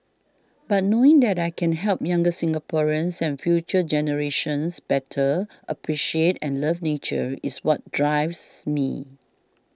but knowing that I can help younger Singaporeans and future generations better appreciate and love nature is what drives me